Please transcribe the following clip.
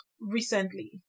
recently